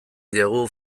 diegu